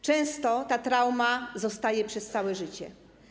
Często ta trauma zostaje przez całe życie.